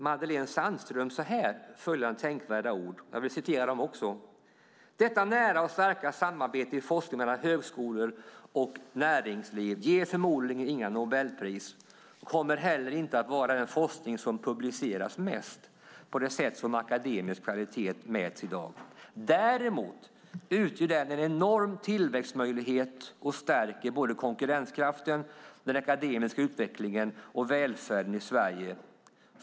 Madelene Sandström skriver på KK-stiftelsens hemsida följande tänkvärda ord: "Detta nära och starka samarbete i forskningen mellan högskolor och näringsliv ger förmodligen inga Nobelpris, och kommer heller inte vara den forskning som publiceras mest, på det sätt som akademisk kvalitet mäts i dag. Däremot utgör den en enorm tillväxtmöjlighet och stärker både konkurrenskraften, den akademiska utvecklingen och välfärden i Sverige.